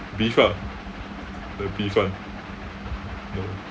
beef ah the beef one no